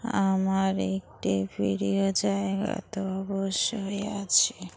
আমার একটি প্রিয় জায়গা তো অবশ্যই আছে